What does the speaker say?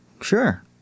sure